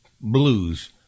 blues